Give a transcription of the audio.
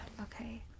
Okay